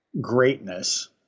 Greatness